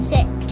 Six